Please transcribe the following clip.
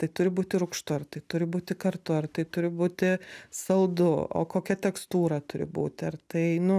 tai turi būti rūgštu ar tai turi būti kartu ar tai turi būti saldu o kokia tekstūra turi būti ar tai nu